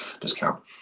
discount